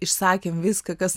išsakėm viską kas